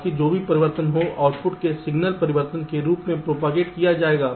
ताकि जो भी परिवर्तन हो आउटपुट में सिग्नल परिवर्तन के रूप में प्रोपागेट किया जाएगा